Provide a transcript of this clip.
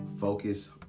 Focus